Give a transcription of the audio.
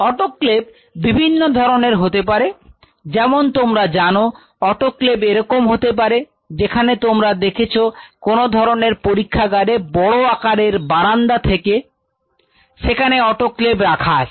autoclave বিভিন্ন ধরনের হতে পারে যেমন তোমরা জানো অটোক্লেভ এরকম হতে পারে যেখানে তোমরা দেখছো কোন ধরনের পরীক্ষাগারে বড় আকারের বারান্দা থাকে যেখানে অটোক্লেভ রাখা আছে